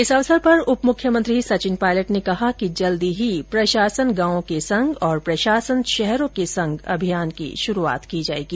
इस अवसर पर उपमुख्यमंत्री सचिन पायलट ने कहा कि जल्दी ही प्रशासन गांवों के संग और प्रशासन शहरों के संग अभियान की शुरूआत की जायेगी